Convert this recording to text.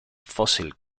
fossil